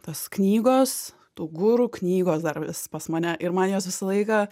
tos knygos tų guru knygos dar vis pas mane ir man jos visą laiką